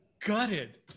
gutted